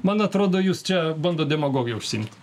man atrodo jūs čia bandot demagogija užsiimt